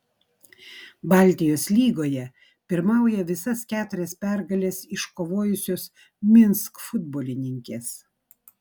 baltijos lygoje pirmauja visas keturias pergales iškovojusios minsk futbolininkės